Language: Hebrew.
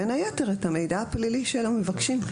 בין היתר את המידע הפלילי של המבקשים.